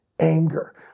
anger